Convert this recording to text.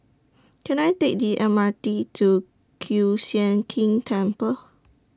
Can I Take The M R T to Kiew Sian King Temple